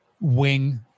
wing